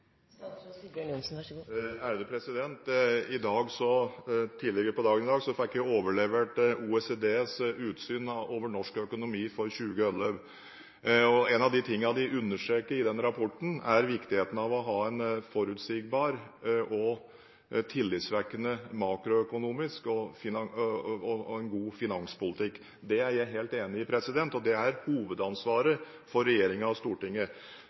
på dagen i dag fikk jeg overlevert OECDs utsyn over norsk økonomi for 2011. En av de tingene de understreket i den rapporten, er viktigheten av å ha en forutsigbar og tillitvekkende makroøkonomi og en god finanspolitikk. Det er jeg helt enig i, og det er hovedansvaret for regjeringen og Stortinget.